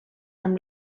amb